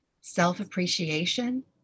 self-appreciation